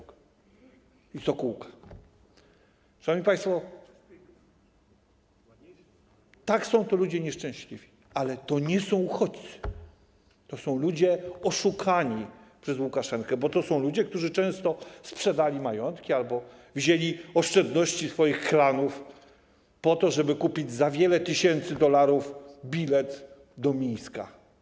Szanowni państwo, tak, to są ludzie nieszczęśliwi, ale to nie są uchodźcy, to są ludzie oszukani przez Łukaszenkę, bo to są ludzie, którzy często sprzedali majątki albo wzięli oszczędności swoich klanów po to, żeby kupić za wiele tysięcy dolarów bilet do Mińska.